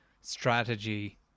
strategy